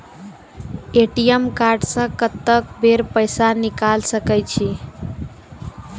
ATM card से कत्तेक बेर पैसा निकाल सके छी?